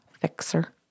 fixer